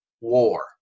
war